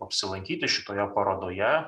apsilankyti šitoje parodoje